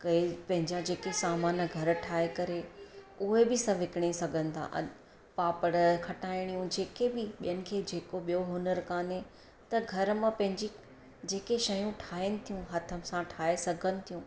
कई पंहिंजा जेके घरु सामान घरु ठाहे करे उहे बि असां विकिणे सघनि था अन पापड़ खटाइणियूं जेके बि ॿियनि खे जेको ॿियो हुनरु कान्हे त घर मां पंहिंजे जेके शयूं ठाहिनि थियूं हथ सां ठाहे सघनि थियूं